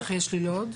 בטח יש לי לוד.